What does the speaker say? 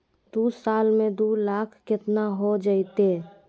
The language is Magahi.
दू साल में दू लाख केतना हो जयते?